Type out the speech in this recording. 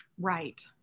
Right